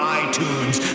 iTunes